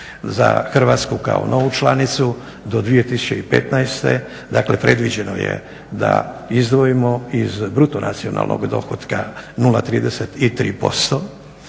Za Hrvatsku kao novu članicu do 2015.dakle predviđeno je da izdvojimo iz bruto nacionalnog dohotka 0,33%